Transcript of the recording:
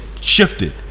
shifted